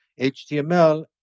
html